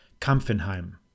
Kampfenheim